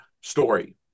story